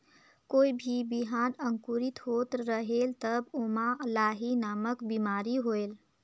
कोई भी बिहान अंकुरित होत रेहेल तब ओमा लाही नामक बिमारी होयल?